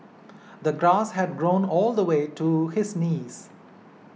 the grass had grown all the way to his knees